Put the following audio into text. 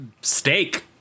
steak